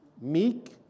meek